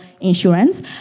Insurance